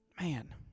Man